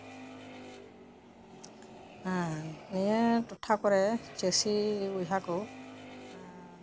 ᱦᱮᱸ ᱱᱤᱭᱟᱹ ᱴᱚᱴᱷᱟ ᱠᱚᱨᱮᱜ ᱪᱟᱹᱥᱤ ᱵᱚᱭᱦᱟ ᱠᱚ